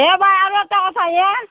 এ বাই আৰু এটা কথা হে